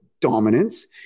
dominance